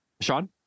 Sean